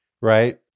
right